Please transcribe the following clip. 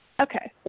Okay